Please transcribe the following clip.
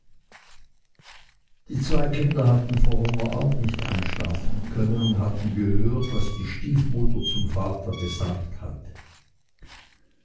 die zwei kinder hatten vor hunger auch nicht einschlafen können und hatten gehört was die stiefmutter zum vater gesagt hatte